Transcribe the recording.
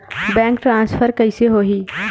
Bank transfer कइसे होही?